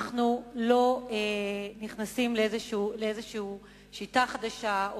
אני שואלת אותך מדוע אנחנו לא נכנסים לשיטה חדשה,